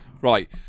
Right